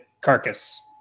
carcass